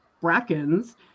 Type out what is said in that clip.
Brackens